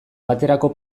baterako